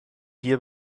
hier